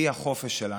והיא החופש שלנו.